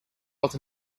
out